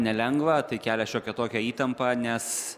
nelengva tai kelia šiokią tokią įtampą nes